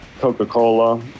Coca-Cola